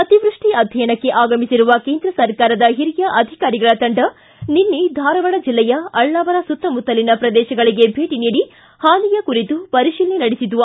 ಅತಿವೃಷ್ಷಿ ಅಧ್ಯಯನಕ್ಕೆ ಆಗಮಿಸಿರುವ ಕೇಂದ್ರ ಸರ್ಕಾರದ ಹಿರಿಯ ಅಧಿಕಾರಿಗಳ ತಂಡ ನಿನ್ನೆ ಧಾರವಾಡ ಜಿಲ್ಲೆಯ ಅಳ್ನಾವರ ಸುತ್ತಮುತ್ತಲಿನ ಪ್ರದೇಶಗಳಿಗೆ ಭೇಟಿ ನೀಡಿ ಹಾನಿಯ ಕುರಿತು ಪರಿಶೀಲನೆ ನಡೆಸಿತು